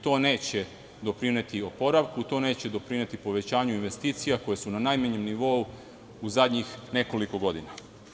To neće doprineti oporavku, to neće doprineti povećanju investicija koje su na najmanjem nivou u zadnjih nekoliko godina.